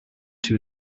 two